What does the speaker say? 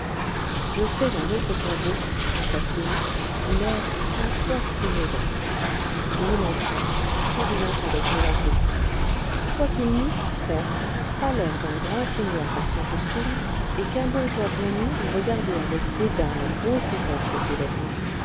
je sais un autre caveau pensa-t-il où l'air est encore plus mauvais et il entra souriant avec mélancolie quoiqu'il n'eût certes pas l'air d'un grand seigneur par son costume et qu'un bourgeois bien mis eût regardé avec dédain la grosse étoffe de ses vêtements